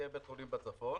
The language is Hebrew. יהיה בית חולים בצפון